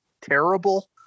terrible